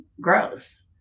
gross